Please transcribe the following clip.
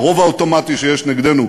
ברוב האוטומטי שיש נגדנו,